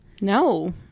no